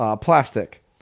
plastic